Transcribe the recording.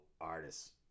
artists